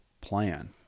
plan